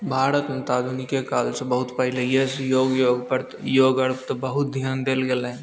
भारत तऽ आधुनिके कालसे बहुत पहिलैएसे योग योग रऽ योग आर तऽ बहुत धिआन देल गेलै